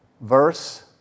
Verse